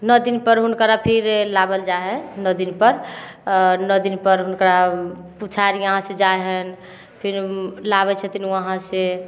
नओ दिन पर हुनकर अथी लाबल जाइ हइ नओ दिन पर नओ दिन पर हुनका पुछारी यहाँ सऽ जाइ हइ फिर लाबै छथिन वहाँ से